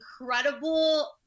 incredible